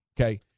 Okay